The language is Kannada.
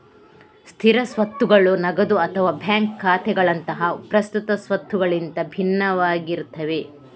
ಸ್ಥಿರ ಸ್ವತ್ತುಗಳು ನಗದು ಅಥವಾ ಬ್ಯಾಂಕ್ ಖಾತೆಗಳಂತಹ ಪ್ರಸ್ತುತ ಸ್ವತ್ತುಗಳಿಗಿಂತ ಭಿನ್ನವಾಗಿರ್ತವೆ